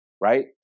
right